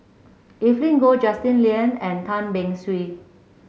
Evelyn Goh Justin Lean and Tan Beng Swee